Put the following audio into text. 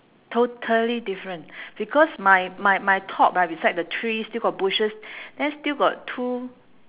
totally different because my my my top ah beside the tree still got bushes then still got two